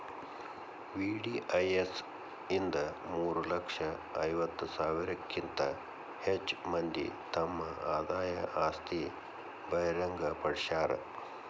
VDIS ಇಂದ ಮೂರ ಲಕ್ಷ ಐವತ್ತ ಸಾವಿರಕ್ಕಿಂತ ಹೆಚ್ ಮಂದಿ ತಮ್ ಆದಾಯ ಆಸ್ತಿ ಬಹಿರಂಗ್ ಪಡ್ಸ್ಯಾರ